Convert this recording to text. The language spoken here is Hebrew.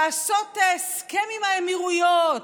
לעשות הסכם עם האמירויות,